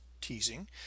teasing